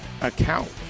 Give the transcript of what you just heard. account